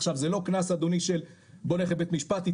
עכשיו זה לא קנס אדוני של בוא נלך לבית משפט,